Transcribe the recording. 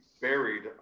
buried